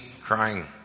crying